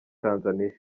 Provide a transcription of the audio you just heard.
tanzania